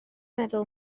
meddwl